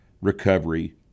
recovery